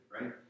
right